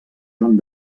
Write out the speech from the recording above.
joan